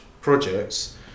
projects